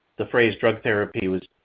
the phrase drug therapy was